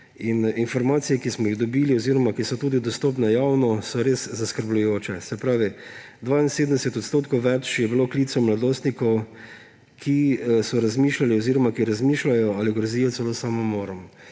Informacije, ki smo jih dobili oziroma ki so tudi dostopne javno, so res zaskrbljujoče. Se pravi, 72 odstotkov več je bilo klicev mladostnikov, ki so razmišljali oziroma ki razmišljajo ali grozijo celo s samomorom.